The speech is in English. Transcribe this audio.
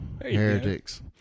heretics